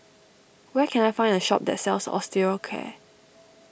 where can I find a shop that sells Osteocare